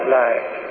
life